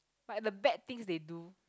like the bad things they do